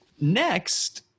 Next